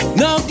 no